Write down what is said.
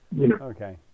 Okay